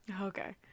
okay